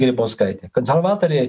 grybauskai konservatoriai